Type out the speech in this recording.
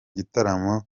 gitaramo